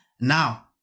Now